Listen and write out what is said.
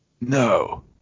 no